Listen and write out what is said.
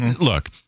Look